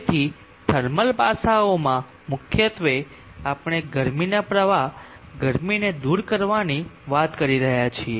તેથી થર્મલ પાસાઓમાં મુખ્યત્વે આપણે ગરમીના પ્રવાહ ગરમીને દૂર કરવાની વાત કરી રહ્યા છીએ